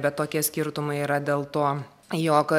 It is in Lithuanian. bet tokie skirtumai yra dėl to jog